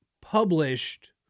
published